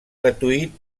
gratuït